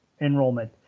enrollment